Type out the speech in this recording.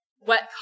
wet